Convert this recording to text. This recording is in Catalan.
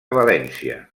valència